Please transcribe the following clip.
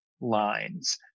lines